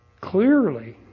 clearly